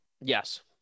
Yes